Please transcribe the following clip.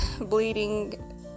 bleeding